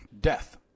death